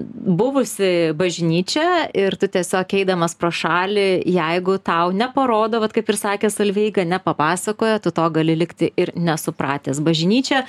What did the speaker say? buvusi bažnyčia ir tu tiesiog eidamas pro šalį jeigu tau neparodo vat kaip ir sakė solveiga nepapasakoja tu to gali likti ir nesupratęs bažnyčia